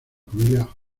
familia